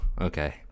okay